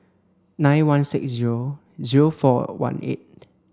nine one six zero zero four one eight